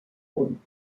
punt